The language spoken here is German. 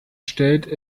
stellt